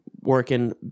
working